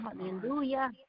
hallelujah